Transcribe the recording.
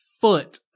foot